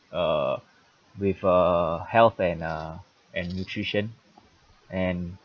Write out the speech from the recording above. uh with uh health and uh and nutrition and